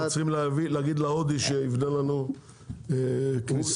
צריכים להגיד להודי שיבנה לנו כניסה מסודרת?